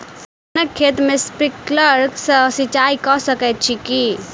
धानक खेत मे स्प्रिंकलर सँ सिंचाईं कऽ सकैत छी की?